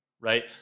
right